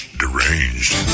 deranged